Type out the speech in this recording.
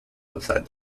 outside